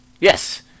Yes